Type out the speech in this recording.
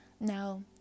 Now